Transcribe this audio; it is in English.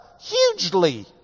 hugely